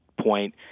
point